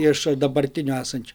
iš dabartinių esančių